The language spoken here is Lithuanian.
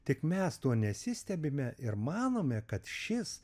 tik mes tuo nesistebime ir manome kad šis